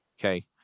okay